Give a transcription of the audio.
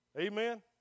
Amen